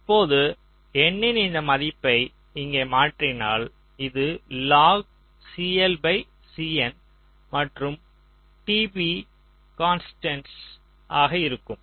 இப்போது N இன் இந்த மதிப்பை இங்கே மாற்றினால் இது மற்றும் tp கான்ஸ்டன்ட்ஸ்களாக இருக்கும்